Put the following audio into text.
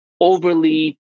overly